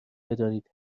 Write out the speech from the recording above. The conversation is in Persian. بدانید